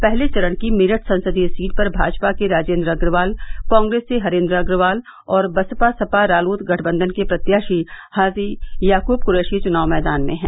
पहले चरण की मेरठ संसदीय सीट पर भाजपा के राजेन्द्र अग्रवाल कांग्रेस से हरेन्द्र अग्रवाल और बसपा सपा रालोद गठबंधन के प्रत्याशी हाजी याकूब क्रैशी चुनाव मैदान में हैं